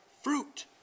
fruit